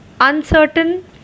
uncertain